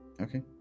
Okay